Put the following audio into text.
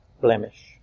blemish